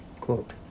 Quote